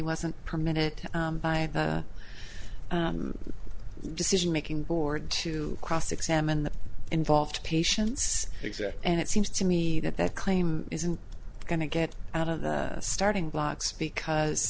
wasn't permitted by the decision making board to cross examine the involved patients exact and it seems to me that that claim isn't going to get out of the starting blocks because